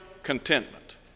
contentment